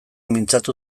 mintzatu